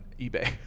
eBay